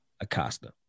Acosta